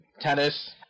tennis